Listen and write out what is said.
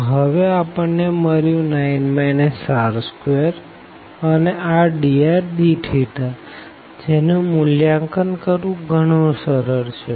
તો હવે આપણને મળ્યું 9 r2 અને r dr dθ જેનું મૂલ્યાંકન કરવું ગણું સરળ છે